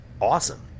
awesome